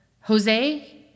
Jose